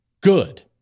good